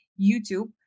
YouTube